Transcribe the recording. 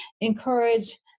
encourage